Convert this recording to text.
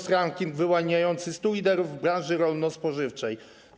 To ranking wyłaniający 100 liderów w branży rolno-spożywczej.